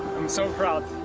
so proud